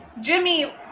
Jimmy